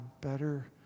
better